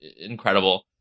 incredible